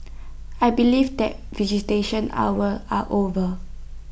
I believe that visitation hours are over